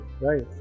Right